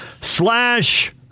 slash